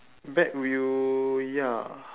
back wheel ya